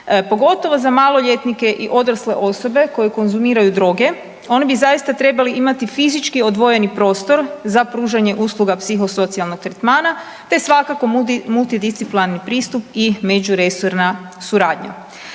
pogotovo za maloljetnike i odrasle osobe koji konzumiraju droge. Oni bi zaista trebali imati fizički odvojeni prostor za pružanje usluga psihosocijalnog tretmana te svakako multidisciplinarni pristup i međuresorna suradnja.